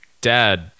dad